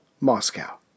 Moscow